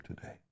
today